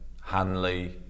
Hanley